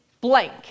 blank